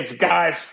guys